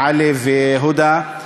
עלי והודא.